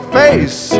face